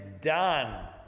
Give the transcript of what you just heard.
done